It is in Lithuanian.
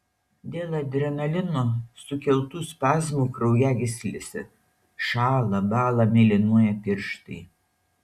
dėl adrenalino sukeltų spazmų kraujagyslėse šąla bąla mėlynuoja pirštai